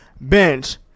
Bench